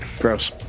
Gross